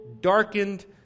darkened